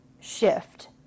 shift